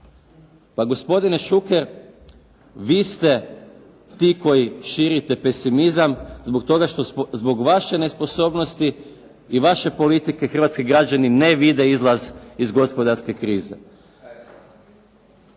Pa gospodine Šuker vi ste ti koji širite pesimizam zbog toga što zbog vaše nesposobnosti i vaše politike hrvatski građani ne vide izlaz iz gospodarske krize.